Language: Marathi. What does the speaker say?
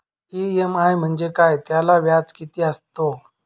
इ.एम.आय म्हणजे काय? त्याला व्याज किती असतो?